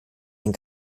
ein